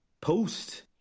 Post